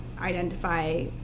identify